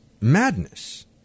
madness